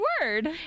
word